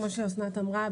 כמו שאסנת אמרה,